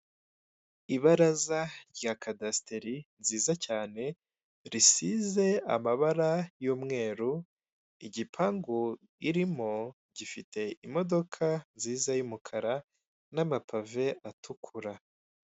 Ibaraza rya kadasiteri nziza cyane risize amabara yumweru, igipangu irimo gifite imodoka nziza y'umukara n'amapave atukura.